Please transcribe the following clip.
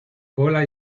cola